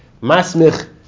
Masmich